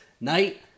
night